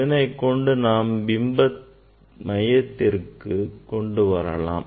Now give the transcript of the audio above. இதனை கொண்டு நாம் பிம்பத்தை மையத்திற்கு கொண்டு வரலாம்